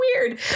weird